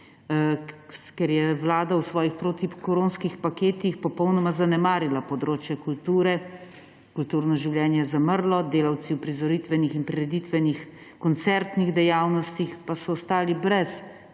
ker je Vlada v svojih protikoronskih paketih popolnoma zanemarila področje kulture, kulturno življenje je zamrlo, delavci uprizoritvenih in prireditvenih, koncertnih dejavnosti pa so ostali brez